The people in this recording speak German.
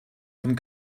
von